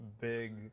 big